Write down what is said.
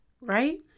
right